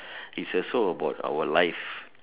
is also about our life